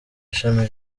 ishami